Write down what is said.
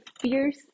fierce